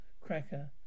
Cracker